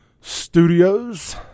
Studios